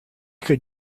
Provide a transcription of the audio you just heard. could